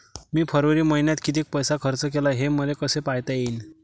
मी फरवरी मईन्यात कितीक पैसा खर्च केला, हे मले कसे पायता येईल?